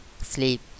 sleep